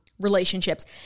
Relationships